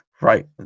Right